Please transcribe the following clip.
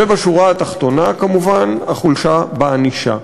ובשורה התחתונה, כמובן, החולשה בענישה.